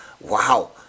Wow